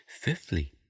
Fifthly